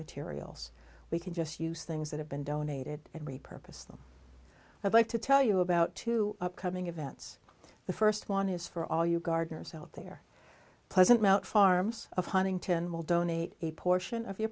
materials we can just use things that have been donated and repurpose them i'd like to tell you about two upcoming events the first one is for all you gardeners out there present mt farms of huntington will donate a portion of your